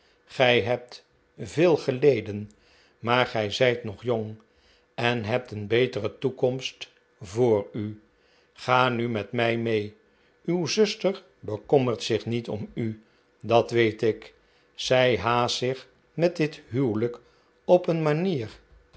gij hebt veel geleden maar gij zijt nog jong en hebt een betere toekomst voor u ga nu met mij raee uw zuster bekommert zich niet om u dat weet ik zij haast zich met dit huwelijk op een manier